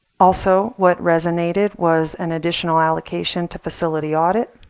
also what resonated was an additional allocation to facility audit.